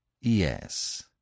Yes